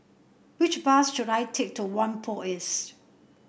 which bus should I take to Whampoa East